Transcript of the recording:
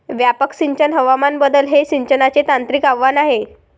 व्यापक सिंचन हवामान बदल हे सिंचनाचे तांत्रिक आव्हान आहे